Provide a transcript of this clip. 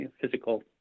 physical